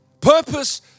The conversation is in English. Purpose